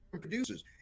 producers